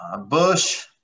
bush